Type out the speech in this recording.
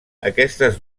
aquestes